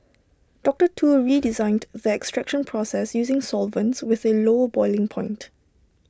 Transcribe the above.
doctor Tu redesigned the extraction process using solvents with A low boiling point